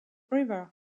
river